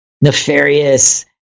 nefarious